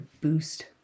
boost